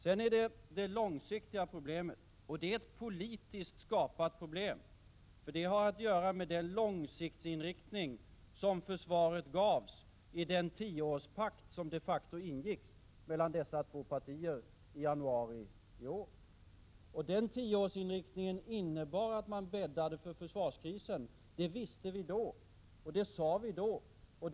Sedan är det det långsiktiga problemet, och det är ett politiskt skapat problem. Detta har nämligen att göra med den långsiktiga inriktning som försvaret gavs i den tioårspakt som de facto ingicks mellan dessa två partier i januari i år. Denna tioårsinriktning innebar att man bäddade för försvarskrisen. Det visste vi då, vilket vi även framhöll.